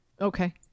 okay